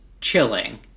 chilling